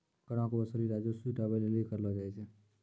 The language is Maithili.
करो के वसूली राजस्व जुटाबै लेली करलो जाय छै